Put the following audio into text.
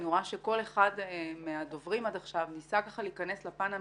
אני רואה שכל אחד מהדוברים עד עכשיו ניסה ככה להיכנס לפן המשפטי,